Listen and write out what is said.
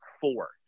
four